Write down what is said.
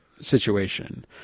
situation